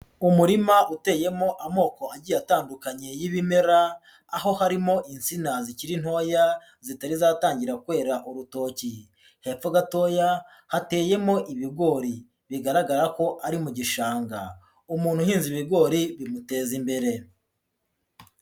Umurima uteyemo amoko agiye atandukanye y'ibimera, aho harimo insina zikiri ntoya, zitari zatangira kwera urutoki. Hepfo gatoya hateyemo ibigori. Bigaragara ko ari mu gishanga. Umuntu uhinze ibigori bimuteza imbere.